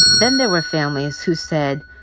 then there were families who said,